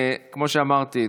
כמו שאמרתי,